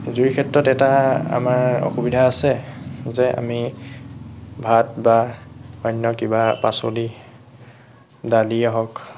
জুইৰ ক্ষেত্ৰত এটা আমাৰ অসুবিধা আছে যে আমি ভাত বা অন্য কিবা পাচলি দালিয়ে হওক